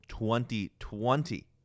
2020